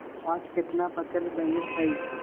आज केतना बचल बैलेंस हई?